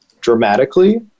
dramatically